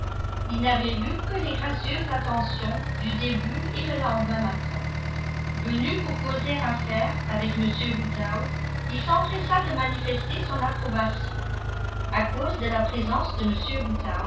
il n'avait vu que les gracieuses attentions du début et le lendemain matin venu pour causer affaires avec m woodhouse il s'empressa de manifester son approbation à cause de la présence de